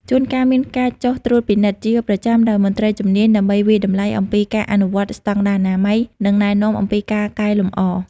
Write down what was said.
ជួនកាលមានការចុះត្រួតពិនិត្យជាប្រចាំដោយមន្ត្រីជំនាញ ដើម្បីវាយតម្លៃអំពីការអនុវត្តស្តង់ដារអនាម័យ និងណែនាំអំពីការកែលម្អ ។